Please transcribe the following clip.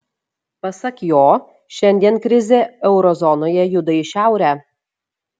pasak jo šiandien krizė euro zonoje juda į šiaurę